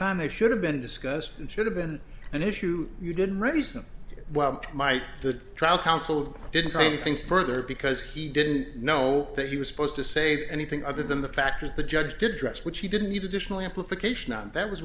time they should have been discussed and should have been an issue you didn't raise them well might the trial counsel didn't say anything further because he didn't know that he was supposed to say anything other than the fact is the judge did dress which he didn't need additional amplification and that was